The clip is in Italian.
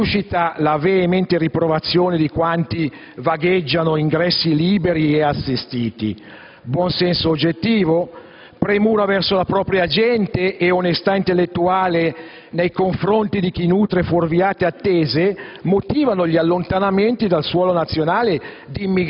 che suscita la veemente riprovazione di quanti vagheggiano ingressi liberi e assistiti. Buonsenso oggettivo, premura verso la propria gente e onestà intellettuale nei confronti di chi nutre fuorviate attese motivano gli allontanamenti dal suolo nazionale